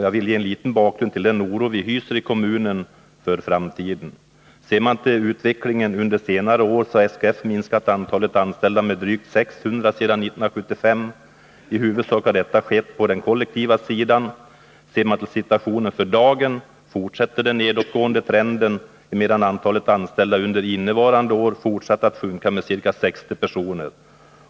Jag vill ge en liten bakgrund till den oro vi hyser i kommunen för framtiden. Ser man till utvecklingen under senare år finner man att SKF minskat antalet anställda med drygt 600 sedan 1975. I huvudsak har detta skett på den kollektiva sidan. Ser man till situationen för dagen finner man att den nedåtgående trenden fortsätter, emedan antalet anställda under innevarande år fortsatt att sjunka med ca 60 personer.